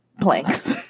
planks